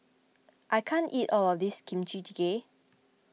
I can't eat all of this Kimchi Jjigae